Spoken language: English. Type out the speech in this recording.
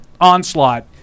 onslaught